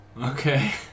Okay